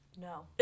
no